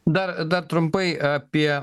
dar dar trumpai apie